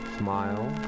smile